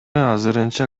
азырынча